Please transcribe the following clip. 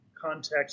context